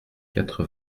quatre